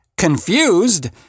confused